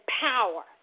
power